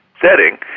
setting